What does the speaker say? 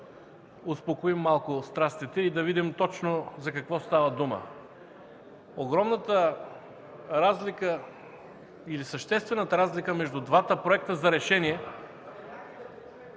да успокоим малко страстите и да видим точно за какво става дума. Съществената разлика между двата проекта за решение